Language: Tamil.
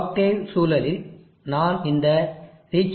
ஆக்டேவ் சூழலில் நான் இந்த reachability